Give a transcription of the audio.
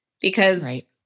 because-